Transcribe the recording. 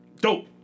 Dope